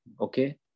okay